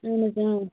اَہَن حظ اۭں